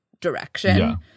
direction